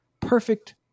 perfect